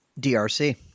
DRC